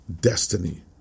destiny